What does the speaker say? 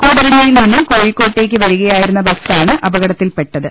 കൂടരഞ്ഞിയിൽ നിന്നും കോഴിക്കോട്ടേക്ക് വരികയായിരുന്ന ബസാണ് അപകടത്തിൽപെട്ടത്